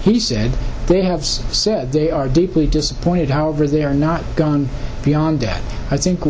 he said they have said they are deeply disappointed however they are not gone beyond that i think